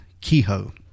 Kehoe